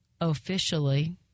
officially